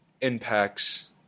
impacts